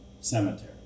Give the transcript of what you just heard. cemetery